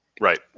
right